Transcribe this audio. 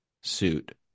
suit